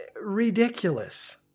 ridiculous